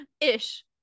ish